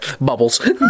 Bubbles